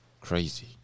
crazy